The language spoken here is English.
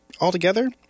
altogether